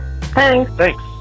Thanks